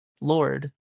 lord